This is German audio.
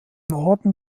orden